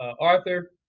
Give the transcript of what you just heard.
Arthur